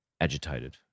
agitated